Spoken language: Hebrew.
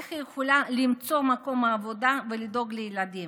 איך היא יכולה למצוא מקום עבודה ולדאוג לילדים?